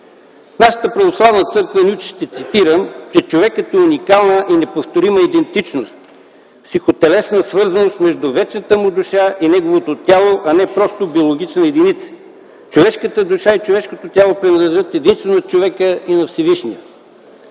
Нашата православна църква ни учи, ще цитирам, че: „Човекът е уникална и неповторима идентичност, с психо-телесна свързаност между вечната му душа и неговото тяло, а не просто биологична единица. Човешката душа и човешкото тяло принадлежат единствено на човека и на Всевишния.”